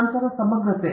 ನಂತರ ಸಮಗ್ರತೆ